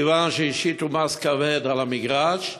מכיוון שהשיתו מס כבד על המגרש,